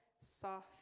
soft